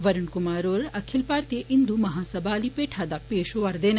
वरुण कुमार होर अखिल भारतीय हिन्दू महासभा आली भैठा दा पेश होआ'रदे न